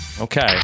Okay